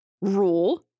rule